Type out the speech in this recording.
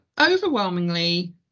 overwhelmingly